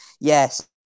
yes